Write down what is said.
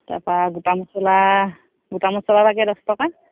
তাৰ পৰা গোটা মচলা গোটা মচলা লাগে দহ টকা